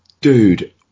Dude